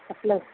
అలాగే